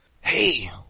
Hey